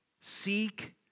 Seek